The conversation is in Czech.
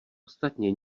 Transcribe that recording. ostatně